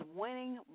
winning